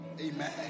Amen